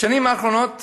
בשנים האחרונות